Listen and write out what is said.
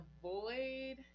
avoid